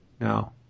no